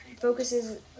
focuses